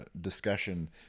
discussion